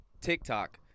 TikTok